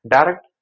Direct